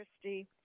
Christie